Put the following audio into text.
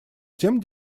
тем